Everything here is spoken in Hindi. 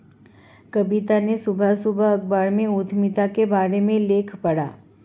कविता ने सुबह सुबह अखबार में उधमिता के बारे में लेख पढ़ा